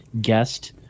guest